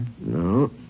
No